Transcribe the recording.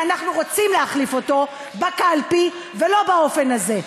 כי אנחנו רוצים להחליף אותו בקלפי ולא באופן הזה.